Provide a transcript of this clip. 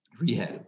rehab